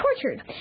tortured